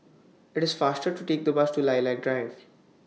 IT IS faster to Take The Bus to Lilac Drive